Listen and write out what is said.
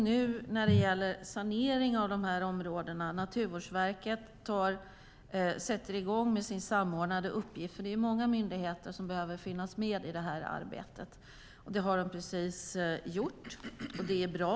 När det gäller sanering av de här områdena sätter Naturvårdsverket nu i gång med sin samordnande uppgift. Det är många myndigheter som behöver finnas med i det här arbetet. De har precis satt i gång detta, och det är bra.